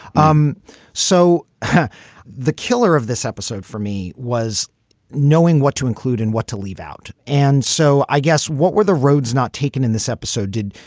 um so the the killer of this episode for me was knowing what to include and what to leave out. and so i guess what were the roads not taken in this episode did.